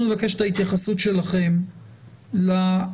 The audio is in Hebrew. אנחנו נבקש את ההתייחסות שלכם להגדרה